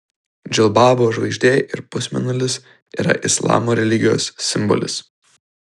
džilbabo žvaigždė ir pusmėnulis yra islamo religijos simbolis